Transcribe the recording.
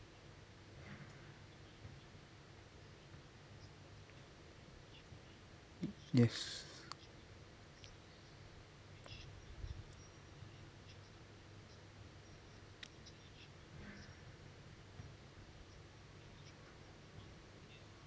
yes